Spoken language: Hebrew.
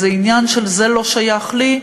איזה עניין של "זה לא שייך לי",